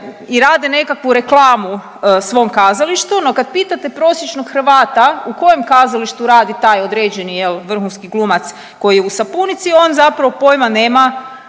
i rade nekakvu reklamu svom kazalištu, no kad pitate prosječnog Hrvata u kojem kazalištu radi taj određeni vrhunski glumac koji je u sapunici on zapravo pojma nema